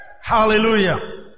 Hallelujah